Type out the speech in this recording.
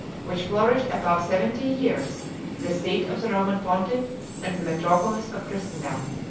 which flourished above seventy years the seat of the roman pontiff and the metropolis of christendom.